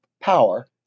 power